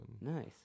Nice